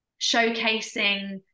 showcasing